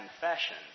confession